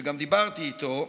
שגם דיברתי איתו,